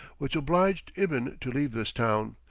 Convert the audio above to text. which obliged ibn to leave this town,